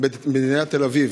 במדינת תל אביב.